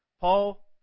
Paul